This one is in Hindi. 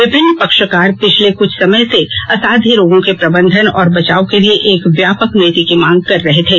विभिन्न पक्षकार पिछले कुछ समय से असाध्य रोगों के प्रबंधन और बचाव के लिए एक व्यापक नीति की मांग कर रहे थे